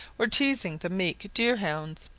or teazing the meek deer-hounds.